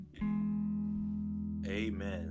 Amen